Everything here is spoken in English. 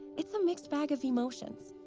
it's a mixed bag of emotions.